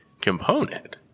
component